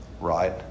right